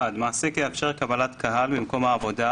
(ז1) (1)מעסיק יאפשר קבלת קהל במקום העבודה,